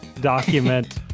document